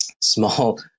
small